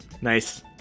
Nice